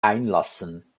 einlassen